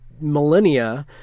millennia